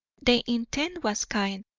the intent was kind,